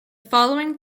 following